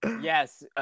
Yes